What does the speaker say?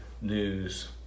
news